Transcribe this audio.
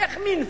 איך מינפו?